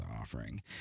offering